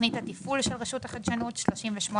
תכנית התפעול של רשות החדשנות 383001,